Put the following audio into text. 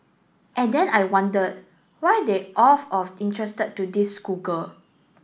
and then I wondered why they of of interested to this schoolgirl